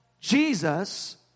Jesus